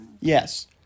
Yes